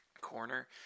corner